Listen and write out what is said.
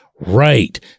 Right